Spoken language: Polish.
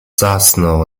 zasnął